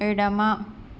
ఎడమ